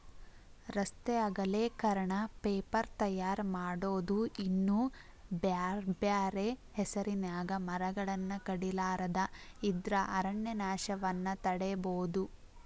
ರಸ್ತೆ ಅಗಲೇಕರಣ, ಪೇಪರ್ ತಯಾರ್ ಮಾಡೋದು ಇನ್ನೂ ಬ್ಯಾರ್ಬ್ಯಾರೇ ಹೆಸರಿನ್ಯಾಗ ಮರಗಳನ್ನ ಕಡಿಲಾರದ ಇದ್ರ ಅರಣ್ಯನಾಶವನ್ನ ತಡೇಬೋದು